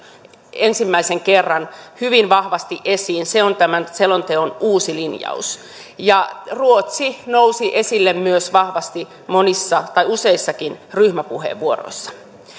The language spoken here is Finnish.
ensimmäisen kerran hyvin vahvasti esiin se on tämän selonteon uusi linjaus ruotsi nousi esille vahvasti useissakin ryhmäpuheenvuoroissa